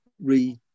re